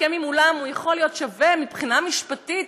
הסכם עם אולם יכול להיות שווה מבחינה משפטית,